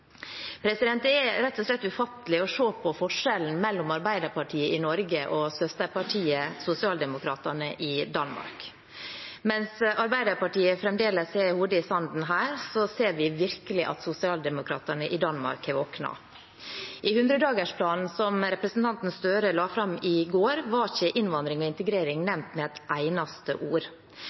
Det er rett og slett ufattelig å se på forskjellen mellom Arbeiderpartiet i Norge og søsterpartiet Socialdemokratiet i Danmark. Mens Arbeiderpartiet fremdeles har hodet i sanden her, ser vi virkelig at Socialdemokratiet i Danmark har våknet. I 100-dagersplanen som representanten Gahr Støre la fram i går, var ikke innvandring og integrering nevnt med et eneste ord.